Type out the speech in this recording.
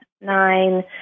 nine